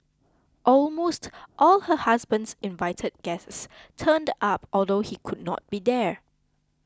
almost all her husband's invited guests turned up although he could not be there